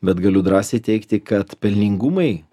bet galiu drąsiai teigti kad pelningumai